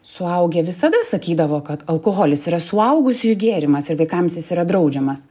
suaugę visada sakydavo kad alkoholis yra suaugusiųjų gėrimas ir vaikams jis yra draudžiamas